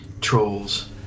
Trolls